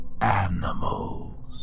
Animals